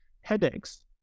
headaches